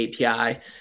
API